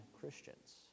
Christians